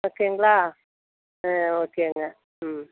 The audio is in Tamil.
ஓகேங்களா ஆ ஓகேங்க ம்